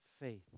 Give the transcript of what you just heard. faith